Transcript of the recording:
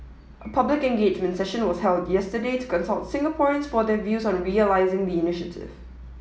a public engagement session was held yesterday to consult Singaporeans for their views on realising the initiative